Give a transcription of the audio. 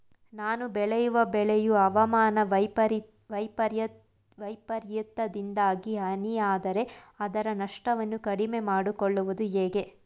ನಾನು ಬೆಳೆಯುವ ಬೆಳೆಯು ಹವಾಮಾನ ವೈಫರಿತ್ಯದಿಂದಾಗಿ ಹಾನಿಯಾದರೆ ಅದರ ನಷ್ಟವನ್ನು ಕಡಿಮೆ ಮಾಡಿಕೊಳ್ಳುವುದು ಹೇಗೆ?